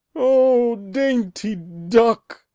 o dainty duck!